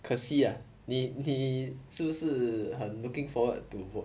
可惜 ah 你你是不是很 looking forward to vote